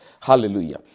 Hallelujah